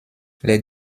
les